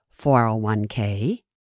401k